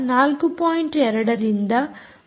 2 ರಿಂದ 3ಕ್ಕೆ ನಿರ್ಬಂಧಿಸಲಾಗಿತ್ತು